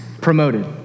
promoted